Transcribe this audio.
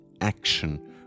action